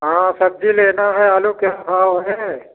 हाँ सब्ज़ी लेना है आलू क्या भाव है